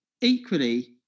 Equally